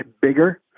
bigger